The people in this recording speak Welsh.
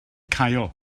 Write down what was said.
caio